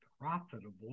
profitable